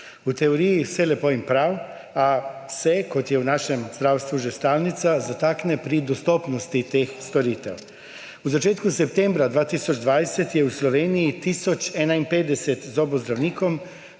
V teoriji vse lepo in prav, a se, kot je v našem zdravstvu že stalnica, zatakne pri dostopnosti teh storitev. V začetku septembra 2020 je v Sloveniji tisoč 51 zobozdravnikov